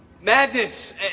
madness